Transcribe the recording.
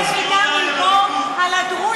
יש פה חבר קואליציה, מדבר מדם ליבו על הדרוזים.